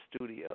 studio